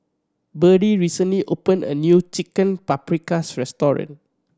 Birdie recently opened a new Chicken Paprikas Restaurant